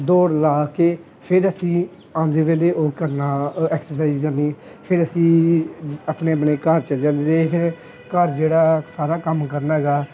ਦੌੜ ਲਾ ਕੇ ਫਿਰ ਅਸੀਂ ਆਉਂਦੇ ਵੇਲੇ ਉਹ ਕਰਨਾ ਐਕਸਰਸਾਈਜ਼ ਕਰਨੀ ਫਿਰ ਅਸੀਂ ਆਪਣੇ ਆਪਣੇ ਘਰ ਚਲੇ ਜਾਂਦੇ ਸੀ ਫਿਰ ਘਰ ਜਿਹੜਾ ਸਾਰਾ ਕੰਮ ਕਰਨਾ ਹੈਗਾ